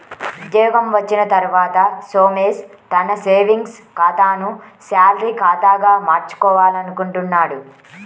ఉద్యోగం వచ్చిన తర్వాత సోమేష్ తన సేవింగ్స్ ఖాతాను శాలరీ ఖాతాగా మార్చుకోవాలనుకుంటున్నాడు